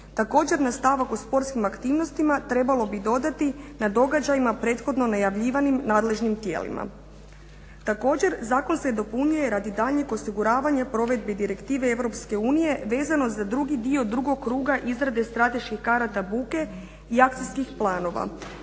Također na stavak o sportskim aktivnostima trebalo bi dodati: "na događajima prethodno najavljivanjim nadležnim tijelima.". Također zakon se dopunjuje radi daljnjeg osiguravanja provedbi direktive Europske unije vezano za drugi dio drugog kruga izrade strateških karata buke i akcijskih planova.